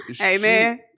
Amen